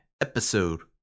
episode